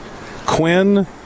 Quinn